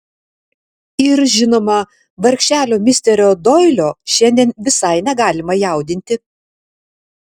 ir žinoma vargšelio misterio doilio šiandien visai negalima jaudinti